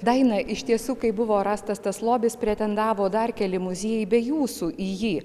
daina iš tiesų kai buvo rastas tas lobis pretendavo dar keli muziejai be jūsų į jį